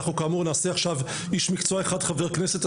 אנחנו כאמור נעשה איש מקצוע אחד וחבר כנסת.